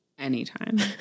anytime